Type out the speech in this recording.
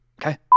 Okay